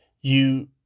You